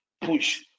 push